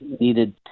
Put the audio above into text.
needed